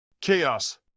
Chaos